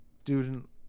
student